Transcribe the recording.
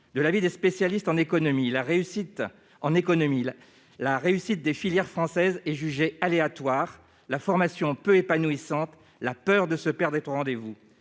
De l'avis des spécialistes en économie, la réussite dans les filières françaises est jugée aléatoire et la formation peu épanouissante ; la peur de se perdre est au rendez-vous.